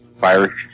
fire